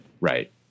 right